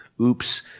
Oops